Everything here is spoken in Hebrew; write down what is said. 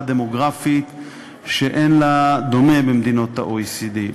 דמוגרפית שאין לה דומה במדינות ה-OECD.